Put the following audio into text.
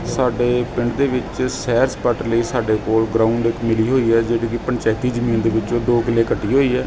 ਸਾਡੇ ਪਿੰਡ ਦੇ ਵਿੱਚ ਸੈਰ ਸਪਾਟੇ ਲਈ ਸਾਡੇ ਕੋਲ ਗਰਾਊਂਡ ਇੱਕ ਮਿਲੀ ਹੋਈ ਹੈ ਜਿਹੜੀ ਕਿ ਪੰਚਾਇਤੀ ਜ਼ਮੀਨ ਦੇ ਵਿੱਚੋਂ ਦੋ ਕਿੱਲੇ ਕੱਟੀ ਹੋਈ ਹੈ